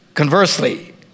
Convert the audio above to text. Conversely